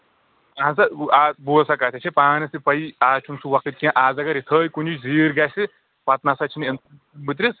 اَہَن سا آ بوز سا کَتٮ۪تھ چھےٚ پانَس تہِ پَیی آز چھُنہٕ سُہ وَقت کینٛہہ آز اَگر یِتھٲے کُنہِ زیٖر گَژھِ پَتہٕ نہ سا چھِنہٕ وُترِتھ